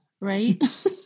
right